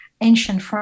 ancient